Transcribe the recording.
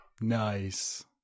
Nice